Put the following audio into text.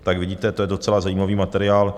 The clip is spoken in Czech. Tak vidíte, to je docela zajímavý materiál.